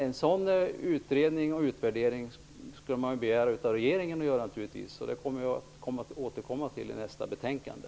En sådan utredning och utvärdering skulle man naturligtvis begära av regeringen att göra, och det återkommer vi till i nästa betänkande.